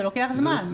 זה לוקח זמן.